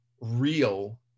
real